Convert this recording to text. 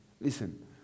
Listen